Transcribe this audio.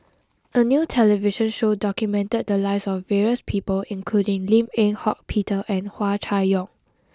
a new television show documented the lives of various people including Lim Eng Hock Peter and Hua Chai Yong